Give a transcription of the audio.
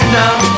now